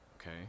Okay